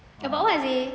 about what seh